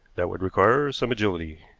that would require some agility.